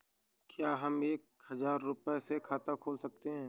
क्या हम एक हजार रुपये से खाता खोल सकते हैं?